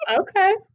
Okay